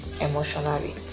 emotionally